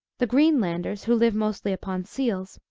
the greenlanders, who live mostly upon seals,